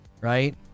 right